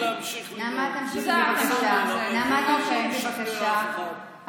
לא, ומה אני אגיד לך?